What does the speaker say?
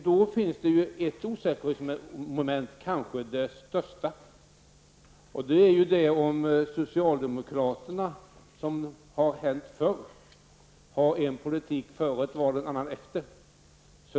Det finns då ett osäkerhetsmoment, och kanske det största, nämligen om socialdemokraterna, vilket har hänt förr, har en politik före ett val och en annan efter.